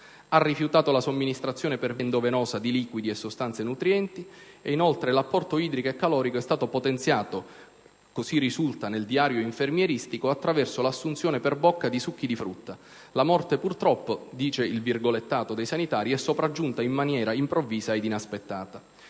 ha rifiutato la somministrazione per via endovenosa di liquidi e sostanze nutrienti; inoltre, l'apporto idrico e calorico è stato potenziato - così risulta nel diario infermieristico - attraverso l'assunzione per bocca di succhi di frutta. «La morte purtroppo» - recita il virgolettato dei sanitari - «è sopraggiunta in maniera improvvisa ed inaspettata».